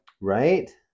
right